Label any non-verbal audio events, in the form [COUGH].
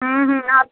হুম হুম [UNINTELLIGIBLE]